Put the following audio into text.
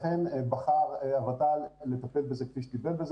לכן בחר הוות"ל לטפל בזה כפי שטיפל בזה